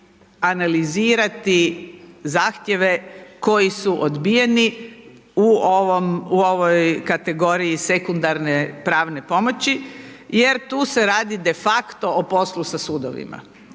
analizirati zahtjeve koji su odbijeni u ovoj kategoriji sekundarne pravne pomoći, jer tu se radi de facto o poslu o sudovima.